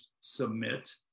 submit